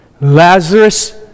Lazarus